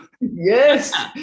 Yes